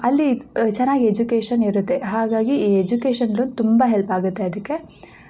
ಅಲ್ಲಿ ಚೆನ್ನಾಗ್ ಎಜುಕೇಷನ್ ಇರುತ್ತೆ ಹಾಗಾಗಿ ಈ ಎಜುಕೇಷನು ತುಂಬ ಹೆಲ್ಪ್ ಆಗುತ್ತೆ ಅದಕ್ಕೆ